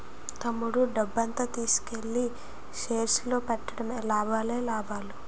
తమ్ముడు డబ్బంతా తీసుకెల్లి షేర్స్ లో పెట్టాడేమో లాభాలే లాభాలు